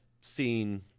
seen